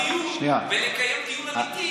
ואז נוכל לעשות דיון ולקיים דיון אמיתי,